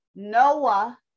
Noah